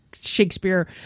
Shakespeare